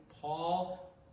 Paul